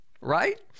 Right